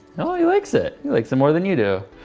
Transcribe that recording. oh he likes it! likes it more than you do.